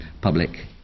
public